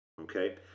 okay